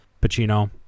Pacino